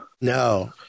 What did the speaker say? No